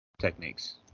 techniques